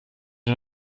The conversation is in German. der